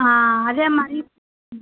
ஆ அதே மாதிரி